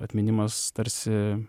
atminimas tarsi